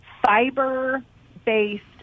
fiber-based